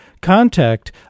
contact